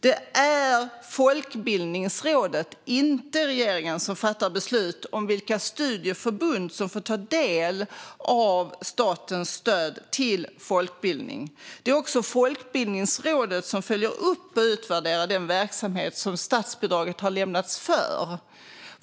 Det är Folkbildningsrådet, inte regeringen, som fattar beslut om vilka studieförbund som får ta del av statens stöd till folkbildning. Det är också Folkbildningsrådet som följer upp och utvärderar den verksamhet som statsbidraget har lämnats för.